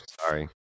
Sorry